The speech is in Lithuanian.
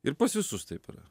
ir pas visus taip yra